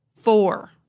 Four